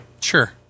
Sure